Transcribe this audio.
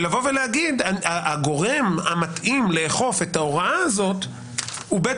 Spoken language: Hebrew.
ולבוא ולהגיד שהגורם המתאים לאכוף את ההוראה הזאת הוא בית